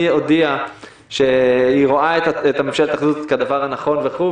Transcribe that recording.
היא הודיעה שהיא רואה את ממשלת האחדות כדבר הנכון וכו',